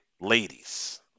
ladies